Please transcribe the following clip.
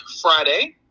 Friday